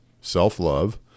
self-love